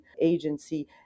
agency